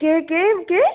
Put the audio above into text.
केह् केह् केह्